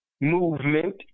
movement